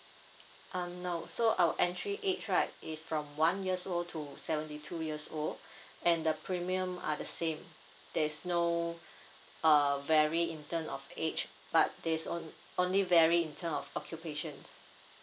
um no so our entry age right is from one years old to seventy two years old and the premium are the same there's no uh vary in term of age but there's on~ only vary in term of occupation